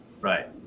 Right